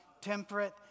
temperate